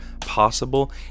possible